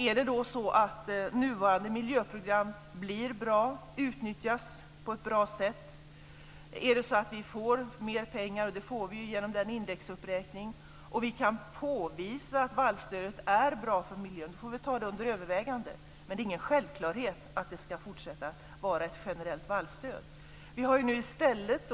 Är det så att nuvarande miljöprogram blir bra och utnyttjas på ett bra sätt, är det så att vi får mer pengar - och det får vi genom en indexuppräkning - och kan påvisa att vallstödet är bra för miljön, då får vi ta det under övervägande. Men det är ingen självklarhet att det ska fortsätta att vara ett generellt vallstöd. Vi har nu i stället